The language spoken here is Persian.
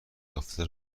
یافته